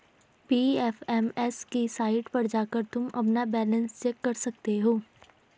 PFMS की site पर जाकर तुम अपना बैलन्स चेक कर सकते हो